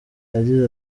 yagize